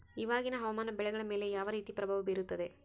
ಇವಾಗಿನ ಹವಾಮಾನ ಬೆಳೆಗಳ ಮೇಲೆ ಯಾವ ರೇತಿ ಪ್ರಭಾವ ಬೇರುತ್ತದೆ?